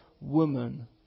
woman